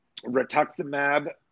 rituximab